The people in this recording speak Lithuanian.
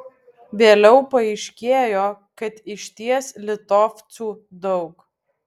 vėliau paaiškėjo kad išties litovcų daug